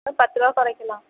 வேணால் பத்துருபா குறைக்கலாம்